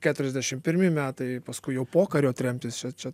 keturiasdešim pirmi metai paskui jau pokario tremtys čia čia